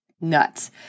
nuts